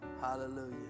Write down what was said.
Hallelujah